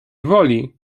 woli